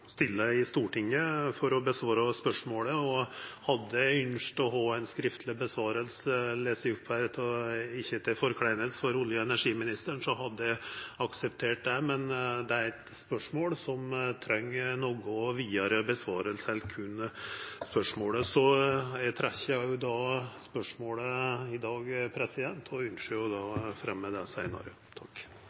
stilla i Stortinget for å svara på spørsmålet. Hadde eg ønskt å få eit skriftleg svar lese opp her – ikkje for å undervurdera olje- og energiministeren – hadde eg akseptert det, men det er eit spørsmål som treng eit noko vidare svar. Eg trekkjer difor spørsmålet i dag og ønskjer å ta det opp seinare. Da